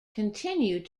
continued